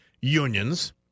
unions